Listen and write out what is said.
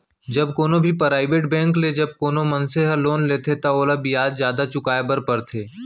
जब कोनो भी पराइबेट बेंक ले जब कोनो मनसे ह लोन लेथे त ओला बियाज जादा चुकाय बर परथे